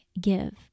give